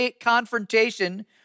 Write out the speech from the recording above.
confrontation